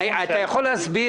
אתה יכול להסביר